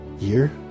year